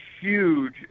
huge